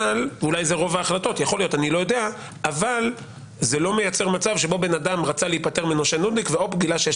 אבל זה לא מייצר מצב שבו אדם רצה להיפטר מנושה נודניק וגילה שיש